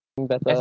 think better